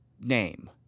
name